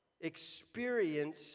experience